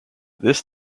this